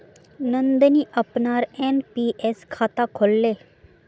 नंदनी अपनार एन.पी.एस खाता खोलले